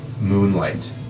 Moonlight